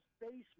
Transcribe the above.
basement